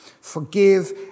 Forgive